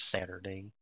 Saturday